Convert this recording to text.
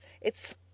It's